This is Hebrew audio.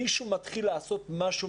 מישהו מתחיל לעשות משהו,